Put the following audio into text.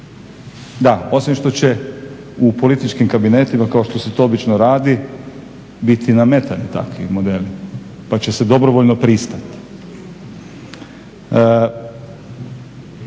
Da, osim što će u političkim kabinetima kao što se to obično radi biti nametani takvi modeli pa će se dobrovoljno pristati.